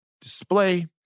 display